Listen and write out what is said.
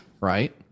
right